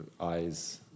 eyes